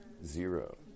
Zero